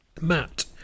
Matt